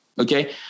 Okay